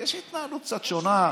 ויש התנהלות קצת שונה.